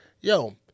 Yo